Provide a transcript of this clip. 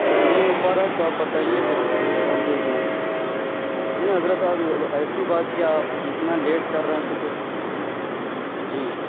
اگر نہیں ہو پا رہا ہے تو آپ بتائیے پھر ہم کچھ اور دیکھ لیں نہیں حضرت آپ ایسی بات کیا آپ اتنا لیٹ کر رہے ہیں تو پھر جی